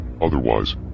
Otherwise